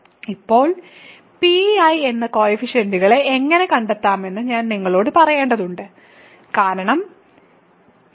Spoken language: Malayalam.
ഇപ്പോൾ Pi എന്ന കോയിഫിഷ്യന്റുകളെ എങ്ങനെ കണ്ടെത്താമെന്ന് ഞാൻ നിങ്ങളോട് പറയേണ്ടതുണ്ട് കാരണം f